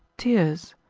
tears.